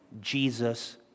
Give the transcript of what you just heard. Jesus